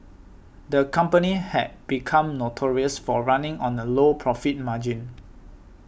the company had become notorious for running on a low profit margin